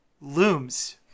looms